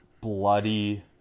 bloody